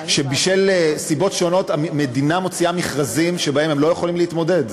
שבשל סיבות שונות המדינה מוציאה מכרזים שבהם הם לא יכולים להתמודד.